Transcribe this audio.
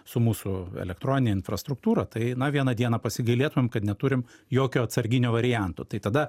su mūsų elektronine infrastruktūra tai na vieną dieną pasigailėtumėm kad neturim jokio atsarginio varianto tai tada